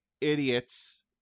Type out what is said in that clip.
idiots